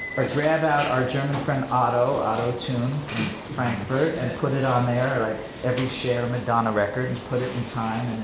or grab out our german friend auto, auto-tune from frankfurt and put it on there, like every cher, madonna record. and put it in time